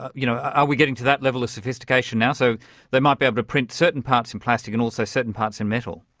ah you know are we getting to that level of sophistication now? so they might be able to print certain parts in plastic, and also certain parts in metal?